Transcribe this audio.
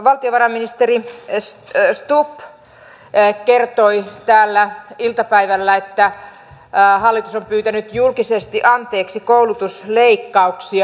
valtiovarainministeri stubb kertoi täällä iltapäivällä että hallitus on pyytänyt julkisesti anteeksi koulutusleikkauksia